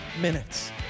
minutes